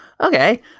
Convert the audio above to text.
Okay